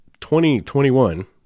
2021